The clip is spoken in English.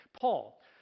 Paul